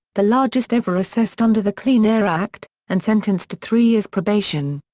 the largest ever assessed under the clean air act, and sentenced to three years probation.